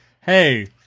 Hey